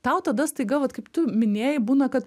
tau tada staiga vat kaip tu minėjai būna kad